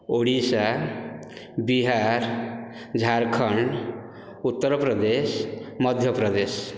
Odisha Bihar Jharkhand Uttar Pradesh Madhya Pradesh